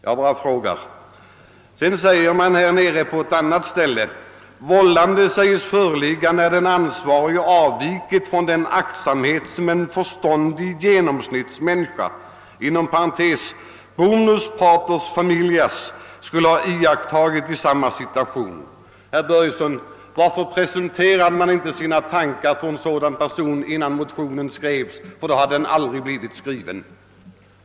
På ett annat ställe i motionen skriver man: » Vållande säges föreligga när den ansvarige avvikit från den aktsamhet som en = förståndig genomsnittsmänniska skulle ha iakttagit i samma situation.» Varför presenterade inte motionärerna sina tankar för en sådan person innan motionen skrevs? I så fall hade den aldrig blivit skriven.